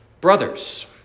brothers